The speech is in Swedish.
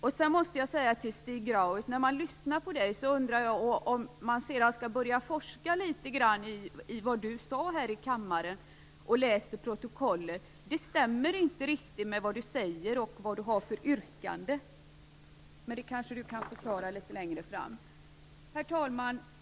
Jag vill också säga att det Stig Grauers sade här i kammaren och det man kan läsa i protokollet inte riktigt stämmer med hans yrkande. Stig Grauers kanske kan förklara det längre fram. Herr talman!